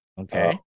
Okay